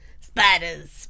Spiders